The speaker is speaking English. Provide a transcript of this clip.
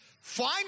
Find